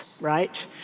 right